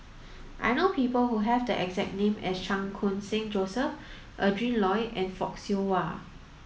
I know people who have the exact name as Chan Khun Sing Joseph Adrin Loi and Fock Siew Wah